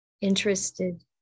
interested